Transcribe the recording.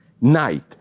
night